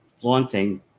flaunting